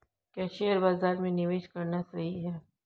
क्या शेयर बाज़ार में निवेश करना सही है?